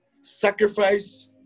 sacrifice